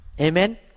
Amen